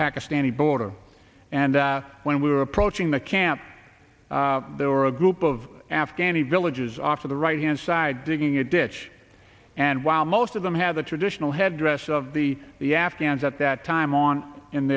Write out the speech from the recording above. pakistani border and when we were approaching the camp there were a group of afghanis villages off of the right hand side digging a ditch and while most of them had the traditional headdress of the the afghans at that time on